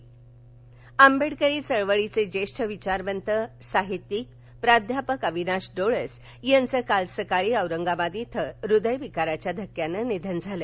निधन आंबेडकरी चळवळीचे ज्येष्ठ विचारवंत साहित्यिक प्राध्यापक अविनाश डोळस याचं काल सकाळी औरंगाबाद इथं हृदय विकाराच्या धक्क्यानं निधन झालं